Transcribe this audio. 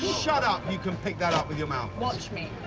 shut up, you can pick that up with your mouth. watch me.